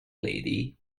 lady